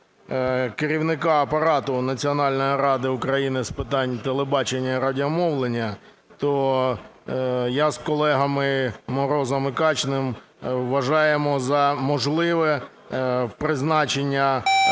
керівника апарату Національної ради України з питань телебачення і радіомовлення, то я з колегами Морозом і Качним вважаємо за можливе призначення